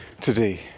today